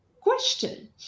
question